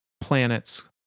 planets